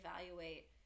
evaluate